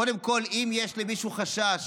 קודם כול, אם יש למישהו חשש